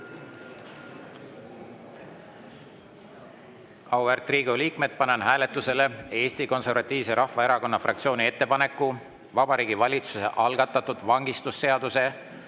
Riigikogu liikmed! Panen hääletusele Eesti Konservatiivse Rahvaerakonna fraktsiooni ettepaneku Vabariigi Valitsuse algatatud vangistusseaduse,